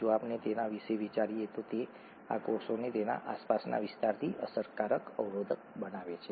જો આપણે તેના વિશે વિચારીએ તો આ કોષને તેના આસપાસના વિસ્તારથી અસરકારક અવરોધ બનાવે છે